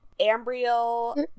Ambriel